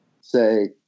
say